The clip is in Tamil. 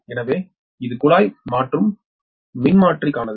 எனவே இது குழாய் மாற்றும் மின்மாற்றிக்கானது